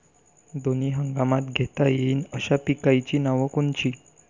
दोनी हंगामात घेता येईन अशा पिकाइची नावं कोनची?